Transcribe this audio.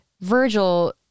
Virgil